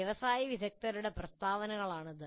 വ്യവസായ വിദഗ്ധരുടെ പ്രസ്താവനകളാണിത്